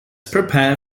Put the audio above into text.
prepare